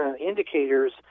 indicators